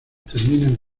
terminan